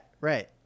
right